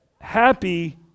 happy